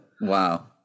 Wow